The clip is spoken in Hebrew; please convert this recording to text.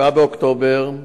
7 באוקטובר,